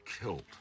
killed